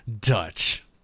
Dutch